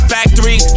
Factory